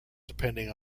depending